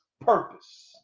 purpose